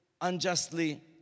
unjustly